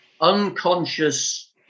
unconscious